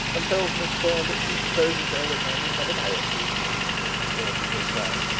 and tells miss thorne that she supposes eleanor will have an oratory in the deanery before she has done.